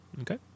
Okay